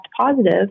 positive